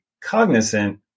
cognizant